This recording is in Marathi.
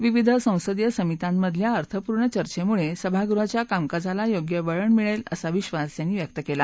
विविध संसदीय समित्यांमधल्या अर्थपूर्ण चर्चेमुळे सभागृहाच्या कामकाजाला योग्य वळण मिळेल असा विश्वास त्यांनी व्यक्त केला